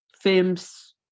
films